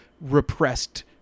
repressed